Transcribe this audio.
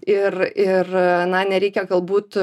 ir ir na nereikia galbūt